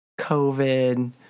COVID